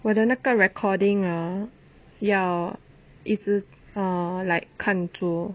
我的那个 recording ah 要一直 err like 看着